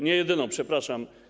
Nie jedyną, przepraszam.